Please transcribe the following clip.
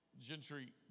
Gentry